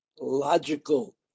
logical